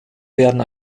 werden